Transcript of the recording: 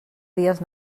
dies